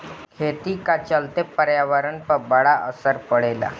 खेती का चलते पर्यावरण पर बड़ा असर पड़ेला